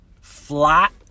flat